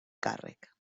càrrec